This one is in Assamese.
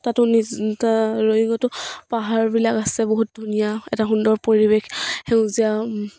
তাতো নিজা ৰয়িংঙতো পাহাৰবিলাক আছে বহুত ধুনীয়া এটা সুন্দৰ পৰিৱেশ সেউজীয়া